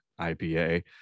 ipa